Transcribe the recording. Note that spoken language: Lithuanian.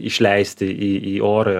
išleisti į į orą